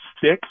six